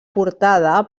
portada